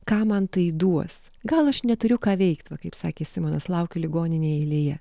ką man tai duos gal aš neturiu ką veikt va kaip sakė simonas laukiu ligoninėj eilėje